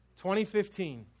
2015